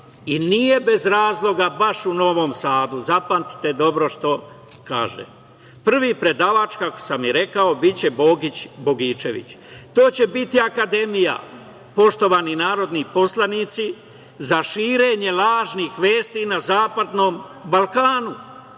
Nije bez razloga baš u Novom Sadu, zapamtite dobro šta kažem. Prvi predavač, kako sam i rekao, biće Bogić Bogićević. To će biti akademija, poštovani narodni poslanici, za širenje lažnih vesti na zapadnom Balkanu,